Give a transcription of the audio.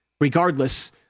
regardless